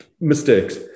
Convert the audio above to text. mistakes